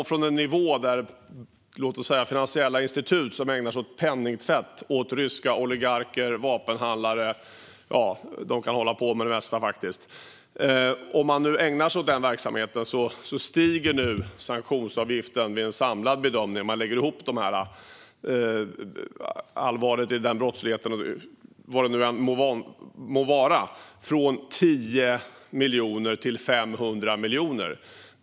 För finansiella institut som ägnar sig åt penningtvätt åt ryska oligarker och vapenhandlare - ja, de kan hålla på med det mesta - stiger nu sanktionsavgiften vid en samlad bedömning från 10 miljoner till 500 miljoner.